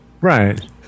Right